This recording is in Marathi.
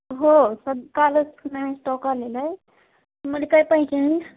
हो सद कालच नविन स्टॉक आलेलं आहे तुम्हाला काय पाहिजे